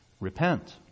repent